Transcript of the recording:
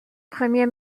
premier